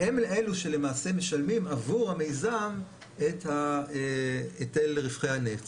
והם אלו שלמעשה משלמים עבור המיזם את היטל רווחי הנפט.